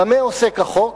במה עוסק החוק?